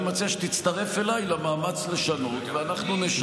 אני מציע שתצטרף אליי למאמץ לשנות ואנחנו נשנה ונפתור את הבעיה.